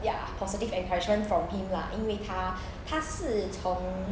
ya positive encouragement from him lah 因为他他是从